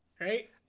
Right